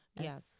Yes